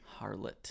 Harlot